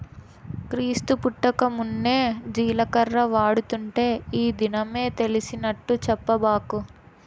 క్రీస్తు పుట్టకమున్నే జీలకర్ర వాడుతుంటే ఈ దినమే తెలిసినట్టు చెప్పబాకు